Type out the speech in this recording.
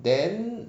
then